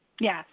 Yes